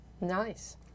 Nice